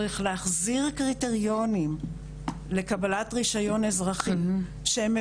רוב כלי הירייה שקוטלים אזרחיות פלסטיניות